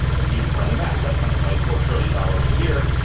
and i mean, you can run the math. that's something like four trillion dollars a year.